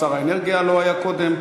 ששר האנרגיה לא היה קודם,